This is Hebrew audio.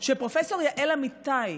של פרופ' יעל אמיתי,